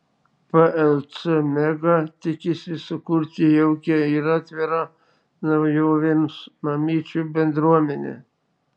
plc mega tikisi sukurti jaukią ir atvirą naujovėms mamyčių bendruomenę